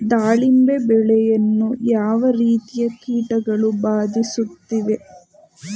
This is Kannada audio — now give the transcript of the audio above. ದಾಳಿಂಬೆ ಬೆಳೆಯನ್ನು ಯಾವ ರೀತಿಯ ಕೀಟಗಳು ಬಾಧಿಸುತ್ತಿವೆ?